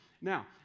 Now